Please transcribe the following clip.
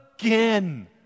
again